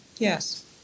Yes